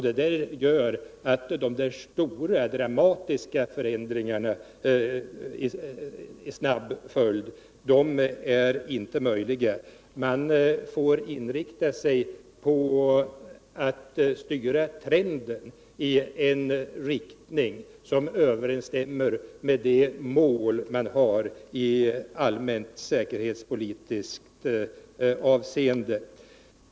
Det gör att de stora dramatiska förändringarna inte är möjliga. Man får inrikta sig på all styra trenden i en riktning som överensstämmer med de uppsatta målen i allmänt säkerhetspolitiskt avseende.